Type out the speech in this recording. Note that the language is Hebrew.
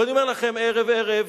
ואני אומר לכם: ערב-ערב